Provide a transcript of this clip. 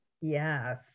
Yes